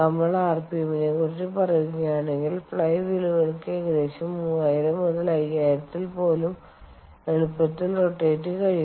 നമ്മൾ rpm നെക്കുറിച്ച് പറയുകയാണെങ്കിൽ ഫ്ലൈ വീലുകൾക്ക് ഏകദേശം 30000 50000 ൽ പോലും എളുപ്പത്തിൽ റൊറ്റേറ്റ് കഴിയും